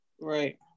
Right